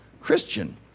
Christian